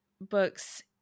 books